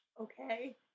Okay